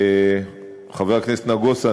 חבר הכנסת נגוסה,